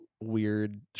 Weird